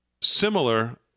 similar